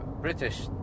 British